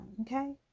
okay